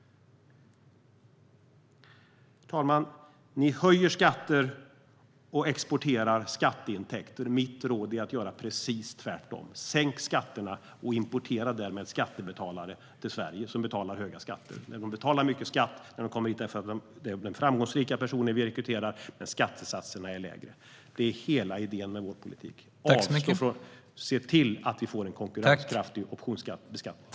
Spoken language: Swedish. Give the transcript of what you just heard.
Herr talman! Ni höjer skatter och exporterar skatteintäkter. Mitt råd är att göra precis tvärtom. Sänk skatterna och importera därmed skattebetalare som betalar höga skatter till Sverige. De betalar mycket skatt när de kommer hit, för det är framgångsrika personer vi rekryterar när skattesatserna är lägre. Det är hela idén med vår politik. Se till att vi får en konkurrenskraftig optionsbeskattning!